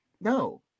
no